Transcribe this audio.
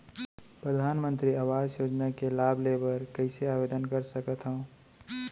परधानमंतरी आवास योजना के लाभ ले बर कइसे आवेदन कर सकथव?